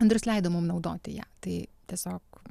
andrius leido mum naudoti ją tai tiesiog